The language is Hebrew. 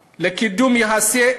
חברים.